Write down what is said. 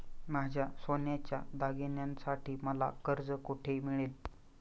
माझ्या सोन्याच्या दागिन्यांसाठी मला कर्ज कुठे मिळेल?